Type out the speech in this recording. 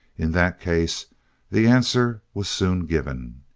in that case the answer was soon given.